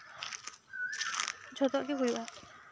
ᱡᱷᱚᱛᱚᱣᱟᱜ ᱜᱮ ᱦᱩᱭᱩᱜᱼᱟ